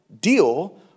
deal